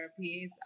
therapies